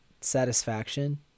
satisfaction